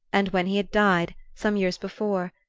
and when he had died, some years before,